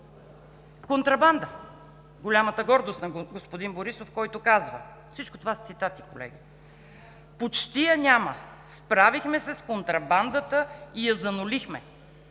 Контрабанда – голямата гордост на господин Борисов, всичко това са цитати, колеги, почти я няма: „Справихме се с контрабандата и я занулихме.“